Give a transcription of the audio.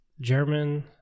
German